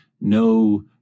no